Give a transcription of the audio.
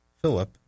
Philip